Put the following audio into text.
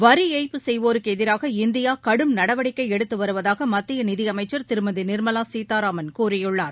வரிஏய்ப்பு செய்வோருக்குஎதிராக இந்தியாகடும் நடவடிக்கைஎடுத்துவருவதாகமத்தியநிதியமைச்சர் திருமதிநிர்மலாசீதாராமன் கூறியுள்ளார்